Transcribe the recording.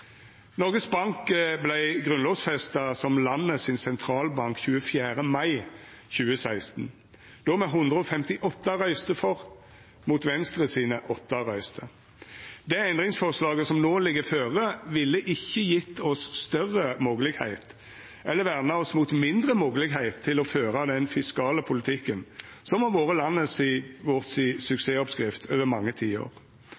Noregs Bank vart grunnlovfesta som landet sin sentralbank 24. mai 2016, då med 158 røyster for, mot Venstre sine 8 røyster. Det endringsforslaget som no ligg føre, ville ikkje gjeve oss større moglegheit eller verna oss mot mindre moglegheit til å føra den fiskale politikken som har vore landet vårt si